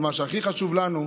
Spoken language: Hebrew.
אבל מה שהכי חשוב לנו,